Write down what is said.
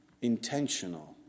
intentional